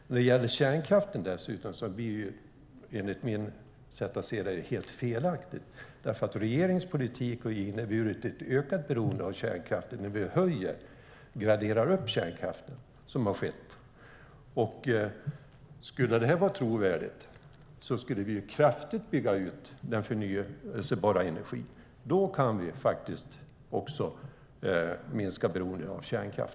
När det gäller kärnkraften blir det enligt mitt sätt att se helt fel. Regeringens politik har inneburit ett ökat beroende av kärnkraft när vi graderar upp kärnkraften. Om det här ska vara trovärdigt skulle vi bygga ut den förnybara energin kraftigt. Då kan vi minska beroendet av kärnkraft.